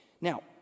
Now